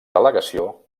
delegació